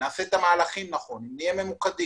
נעשה את המהלכים נכון ונהיה ממוקדים.